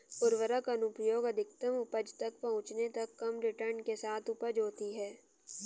उर्वरक अनुप्रयोग अधिकतम उपज तक पहुंचने तक कम रिटर्न के साथ उपज होती है